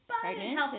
pregnant